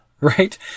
right